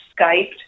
Skyped